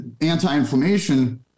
anti-inflammation